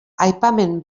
aipamen